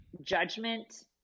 judgment